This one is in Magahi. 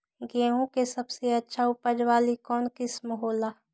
गेंहू के सबसे अच्छा उपज वाली कौन किस्म हो ला?